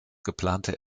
geplante